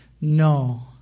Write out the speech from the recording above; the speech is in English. no